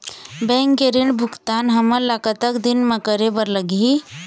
Bank के ऋण भुगतान हमन ला कतक दिन म करे बर लगही?